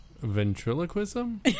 Ventriloquism